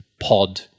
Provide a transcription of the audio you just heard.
pod